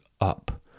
up